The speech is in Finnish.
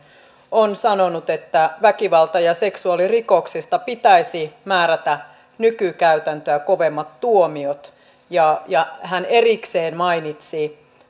on sanonut että väkivalta ja seksuaalirikoksista pitäisi määrätä nykykäytäntöä kovemmat tuomiot ja ja hän erikseen mainitsi